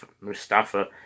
Mustafa